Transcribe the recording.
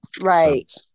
Right